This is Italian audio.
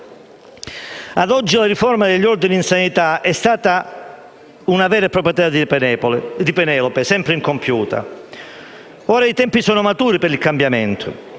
Ad oggi la riforma degli ordini nella sanità è stata una vera e propria tela di Penelope, sempre incompiuta, ma ora i tempi sono maturi per il cambiamento.